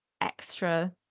extra